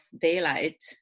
daylight